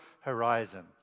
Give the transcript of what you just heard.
horizon